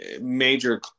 major